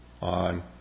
on